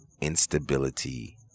instability